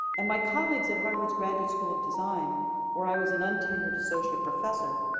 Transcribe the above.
and my colleagues at harvard graduate school of design where i was an un-tenured associate professor,